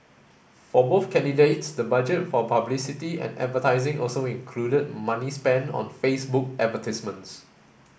for both candidates the budget for publicity and advertising also included money spent on Facebook advertisements